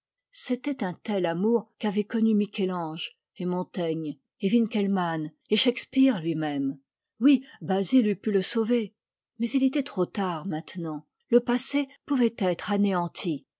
c'était un tel amour qu'avaient connu michel-ange et montaigne et winckel mann et shakespeare lui-même oui basil eût pu le sauver mais il était trop tard maintenant le passé pouvait être anéanti